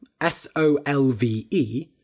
S-O-L-V-E